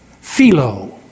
philo